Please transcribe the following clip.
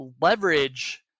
leverage